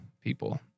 people